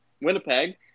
Winnipeg